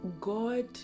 God